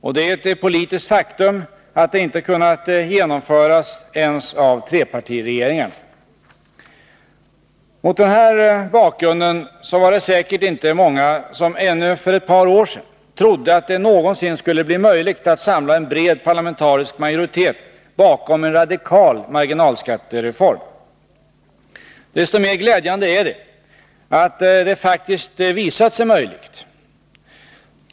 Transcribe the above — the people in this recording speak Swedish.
Och det är ett politiskt faktum att det inte kunnat genomföras ens av trepartiregeringarna. Mot den här bakgrunden var det säkert inte många som ännu för ett par år sedan trodde att det någonsin skulle bli möjligt att samla en bred parlamentarisk majoritet bakom en radikal marginalskattereform. Desto mer glädjande är det att det faktiskt visat sig möjligt.